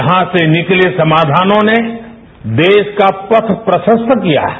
यहां से निकले समाधानों ने देश का पथ प्रशस्त किया है